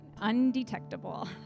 undetectable